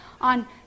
on